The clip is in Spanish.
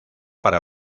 para